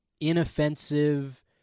inoffensive